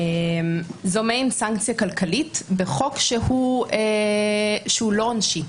זו מעין סנקציה כלכלית בחוק שהוא לא עונשי,